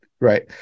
Right